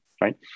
right